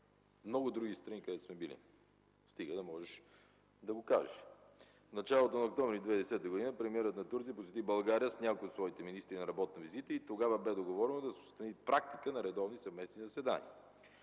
много други страни, където сме били, стига да можеш да го кажеш. В началото на октомври 2010 г. премиерът на Турция посети България с някои от своите министри, на работна визита, и тогава бе договорено да се установи практика на редовни съвместни заседания.